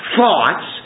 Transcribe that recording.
thoughts